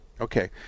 Okay